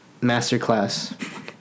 masterclass